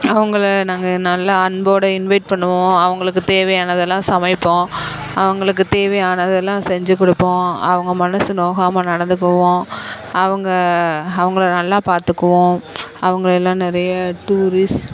அவங்கள நாங்கள் நல்லா அன்போடு இன்வைட் பண்ணுவோம் அவங்களுக்கு தேவையானதெல்லாம் சமைப்போம் அவங்களுக்கு தேவையானதெல்லாம் செஞ்சுக் கொடுப்போம் அவங்க மனது நோகாமல் நடந்துக்குவோம் அவங்க அவங்கள நல்லா பார்த்துக்குவோம் அவங்களல்லாம் நிறைய டூரிஸ்ட்